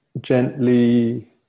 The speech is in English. gently